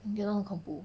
你弄得很恐怖